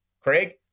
Craig